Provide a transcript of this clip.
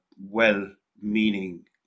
well-meaning